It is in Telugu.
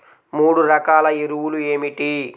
మూడు రకాల ఎరువులు ఏమిటి?